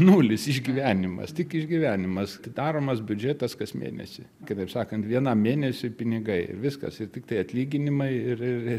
nulis išgyvenimas tik išgyvenimas tai daromas biudžetas kas mėnesį kitaip sakant vienam mėnesiui pinigai ir viskas ir tiktai atlyginimai ir ir ir